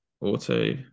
auto